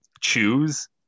choose